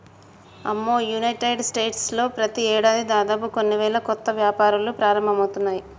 అమ్మో United States లో ప్రతి ఏడాది దాదాపు కొన్ని వేల కొత్త వ్యాపారాలు ప్రారంభమవుతున్నాయి